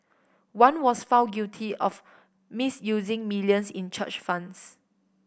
one was found guilty of misusing millions in church funds